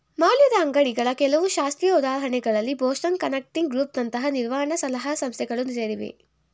ಮೌಲ್ಯದ ಅಂಗ್ಡಿಗಳ ಕೆಲವು ಶಾಸ್ತ್ರೀಯ ಉದಾಹರಣೆಗಳಲ್ಲಿ ಬೋಸ್ಟನ್ ಕನ್ಸಲ್ಟಿಂಗ್ ಗ್ರೂಪ್ ನಂತಹ ನಿರ್ವಹಣ ಸಲಹಾ ಸಂಸ್ಥೆಗಳು ಸೇರಿವೆ